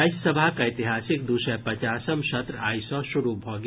राज्यसभाक ऐतिहासिक दू सय पचासम् सत्र आइ सँ शुरू भऽ गेल